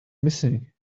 missing